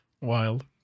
Wild